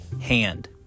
hand